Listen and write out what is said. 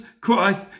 Christ